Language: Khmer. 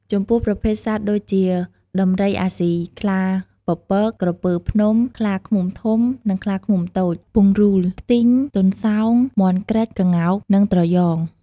ចំពោះប្រភេទសត្វដូចជាដំរីអាស៊ី ខ្លាពពក ក្រពើភ្នំ ខ្លាឃ្មុំធំ និង ខ្លាឃ្មុំតូច ពង្រូល ខ្ទីង ទន្សោង មាន់ក្រិច ក្ងោក និងត្រយង។